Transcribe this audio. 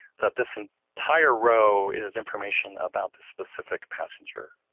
that this entire row is information about the specific passenger.